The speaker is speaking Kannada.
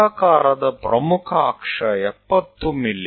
ಅಂಡಾಕಾರದ ಪ್ರಮುಖ ಅಕ್ಷ 70 ಮಿ